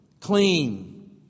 Clean